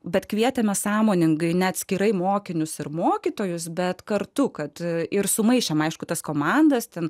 bet kvietėme sąmoningai neatskirai mokinius ir mokytojus bet kartu kad ir sumaišėme aišku tas komandas ten